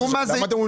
קיבלתי